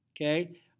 Okay